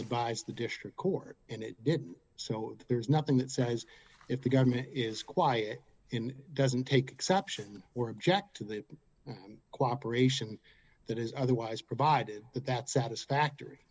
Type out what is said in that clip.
advise the district court and it did so there is nothing that says if the government is quiet in doesn't take exception or object to the cooperation that is otherwise provided that that satisfactory